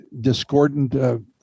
discordant